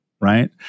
Right